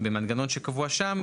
במנגנון שקבוע שם,